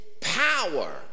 power